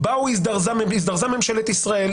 הזדרזה ממשלת ישראל,